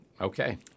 okay